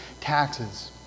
taxes